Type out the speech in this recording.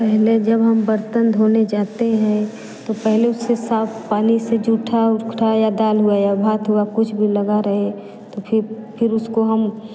पहले जब हम बर्तन धोने जाते है तो पहले उसे साफ पानी से जूठा उठा या दाल हुआ भात हुआ कुछ भी लगा रहे तो फेंक फिर उसको हम